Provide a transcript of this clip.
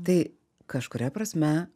tai kažkuria prasme